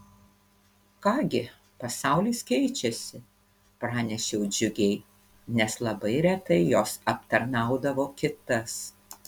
ką gi pasaulis keičiasi pranešiau džiugiai nes labai retai jos aptarnaudavo kitas